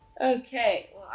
Okay